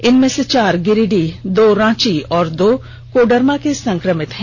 इनमें से चार गिरिडीह दो रांची और दो कोडरमा के संक्रमित शामिल हैं